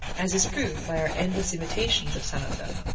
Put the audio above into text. as is proved by our endless imitations of some of them,